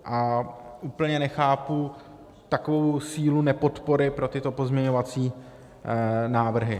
A úplně nechápu takovou sílu nepodpory pro tyto pozměňovací návrhy.